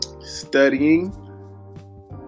studying